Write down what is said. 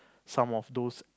some of those